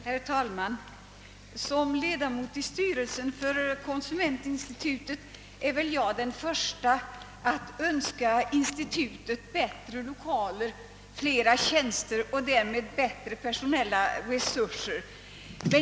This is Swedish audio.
Herr talman! Som ledamot av styrelsen för konsumentinstitutet är jag den första att vilja önska institutet bättre lokaler, fler tjänster och därmed bättre personella resurser.